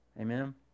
Amen